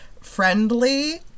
friendly